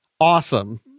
Awesome